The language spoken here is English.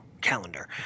calendar